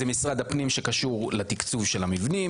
זה משרד הפנים שקשור לתקצוב של המבנים,